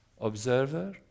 Observer